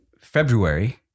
February